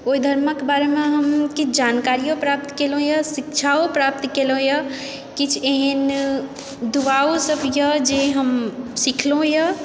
ओहि धर्मक बारेमे हम किछु जानकारियो प्राप्त केलहुँ यऽ शिक्षाओ प्राप्त केलहुँ यऽ किछु एहन दुआओ सब यऽ जे हम सीखलहुँ यऽ